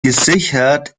gesichert